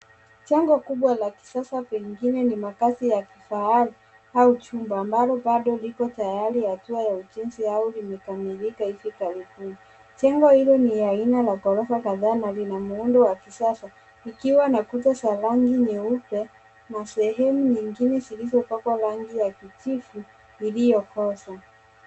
Jengo kubwa la kisasa pengine ni makazi ya kifahari au chumba ambalo bado liko tayari ya hatua ya ujenzi au limekamika hivi karibuni. Jengo hilo ni aina ya ghorofa kadhaa na lina muundo wa kiasasa likiwa na kuta za rangi nyeupe na sehemu nyingine zilizopakwa rangi ya kijivu iliyokoza.